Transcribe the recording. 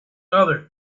other